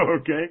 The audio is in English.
okay